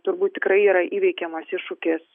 turbūt tikrai yra įveikiamas iššūkis